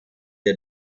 der